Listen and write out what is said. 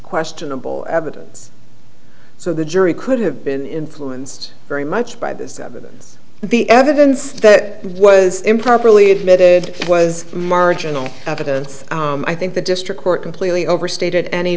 questionable evidence so the jury could have been influenced very much by this evidence the evidence that was improperly admitted was marginal evidence i think the district court completely overstated any